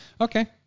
Okay